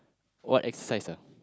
what exercise ah